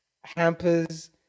Hampers